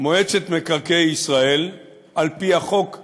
מועצת מקרקעי ישראל על-פי החוק הישן,